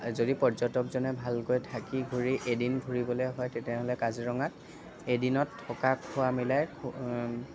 যদি পৰ্যটকজনে ভালকৈ থাকি ফুৰি এদিন ঘূৰিবলৈ হয় তেতিয়াহ'লে কাজিৰঙাত এদিনত থকা খোৱা মিলাই